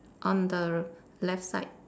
on the left side